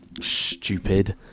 stupid